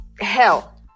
hell